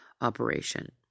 operation